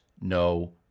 no